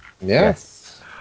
Yes